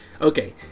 Okay